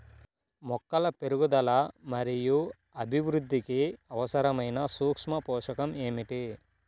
మొక్కల పెరుగుదల మరియు అభివృద్ధికి అవసరమైన సూక్ష్మ పోషకం ఏమిటి?